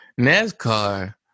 NASCAR